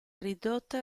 ridotta